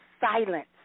silence